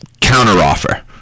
counteroffer